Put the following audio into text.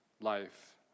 life